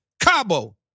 Cabo